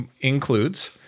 includes